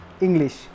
English